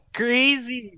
crazy